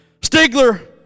Stigler